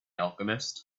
alchemist